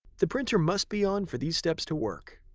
the printer must be on for these steps to work.